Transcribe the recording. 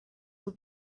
will